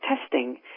testing